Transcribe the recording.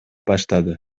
баштады